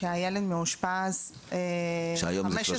כשהילד מאושפז 15